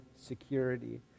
security